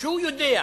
שהוא יודע.